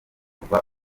kuva